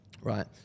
right